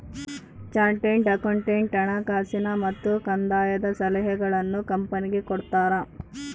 chartered accountant ಹಣಕಾಸಿನ ಮತ್ತು ಕಂದಾಯದ ಸಲಹೆಗಳನ್ನು ಕಂಪನಿಗೆ ಕೊಡ್ತಾರ